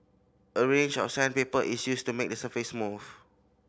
a range of sandpaper is used to make the surface smooth